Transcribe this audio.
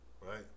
right